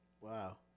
Wow